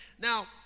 Now